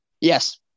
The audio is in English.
Yes